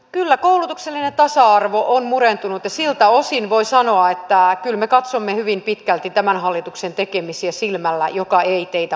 kyllä koulutuksellinen tasa arvo on murentunut ja siltä osin voi sanoa että kyllä me katsomme tämän hallituksen tekemisiä hyvin pitkälti silmällä joka ei teitä mairittele